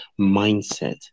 mindset